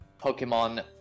Pokemon